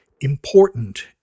important